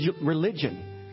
Religion